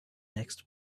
next